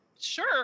sure